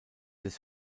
des